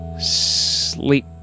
sleep